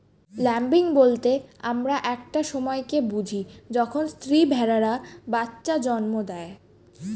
lambing বলতে আমরা একটা সময় কে বুঝি যখন স্ত্রী ভেড়ারা বাচ্চা জন্ম দেয়